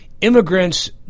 immigrants